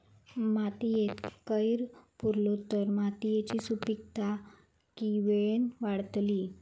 मातयेत कैर पुरलो तर मातयेची सुपीकता की वेळेन वाडतली?